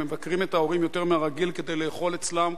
הם מבקרים את ההורים יותר מהרגיל כדי לאכול אצלם